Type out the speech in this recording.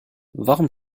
warum